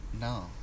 no